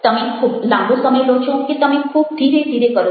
તમે ખૂબ લાંબો સમય લો છો કે તમે ખૂબ ધીરે ધીરે કરો છો